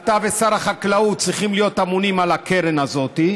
אתה ושר החקלאות צריכים להיות ממונים על הקרן הזאת,